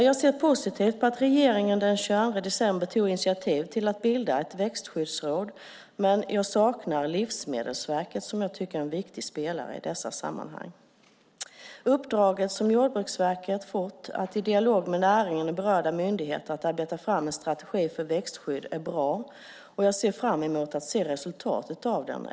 Jag ser positivt på att regeringen den 22 december tog initiativ till att bilda ett växtskyddsråd, men jag saknar Livsmedelsverket som jag tycker är en viktig spelare i dessa sammanhang. Det uppdrag som Jordbruksverket har fått att i dialog med näringen och berörda myndigheter arbeta fram en strategi för växtskydd är bra, och jag ser fram emot att se resultatet.